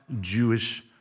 Jewish